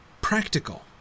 practical